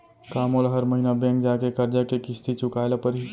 का मोला हर महीना बैंक जाके करजा के किस्ती चुकाए ल परहि?